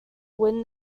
win